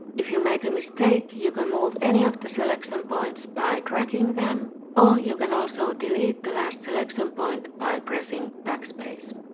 if you make a mistake, you can move any of the selection points by dragging them or you can also delete the last selection point by pressing backspace.